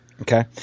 Okay